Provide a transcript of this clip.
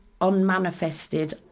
unmanifested